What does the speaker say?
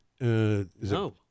No